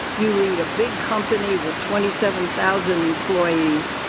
you lead a big company with twenty seven thousand employees,